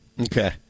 Okay